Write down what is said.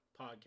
podcast